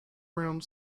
around